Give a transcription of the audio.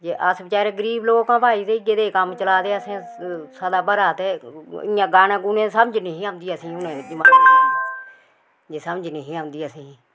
ते अस बचारे गरीब लोक आं भाई ते इयै देह् कम्म चला दे असें सदा भरा ते इ'यां गाने गुने समझ नेईं ही औंदी असें ई जे समझ नेईं ही औंदी असेंई